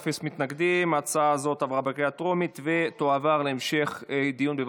העברת משכנתה בין בנקים),